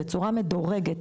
בצורה מדורגת.